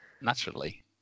Naturally